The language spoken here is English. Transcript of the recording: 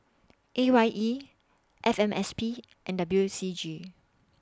A Y E F M S P and W C G